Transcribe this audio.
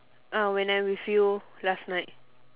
ah when I'm with you last night